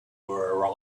were